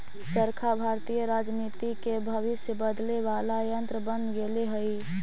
चरखा भारतीय राजनीति के भविष्य बदले वाला यन्त्र बन गेले हई